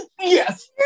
yes